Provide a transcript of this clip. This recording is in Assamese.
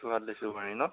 যোৰহাত লিচুবাৰী ন